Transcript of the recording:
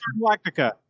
Galactica